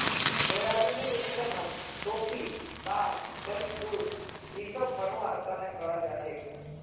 सोयाबीनेर इस्तमाल टोफू दाल बड़ी दूध इसब बनव्वार तने कराल जा छेक